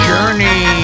Journey